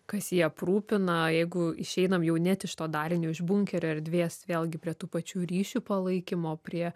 kas jį aprūpina jeigu išeinam jau net iš to dalinio iš bunkerio erdvės vėlgi prie tų pačių ryšių palaikymo prie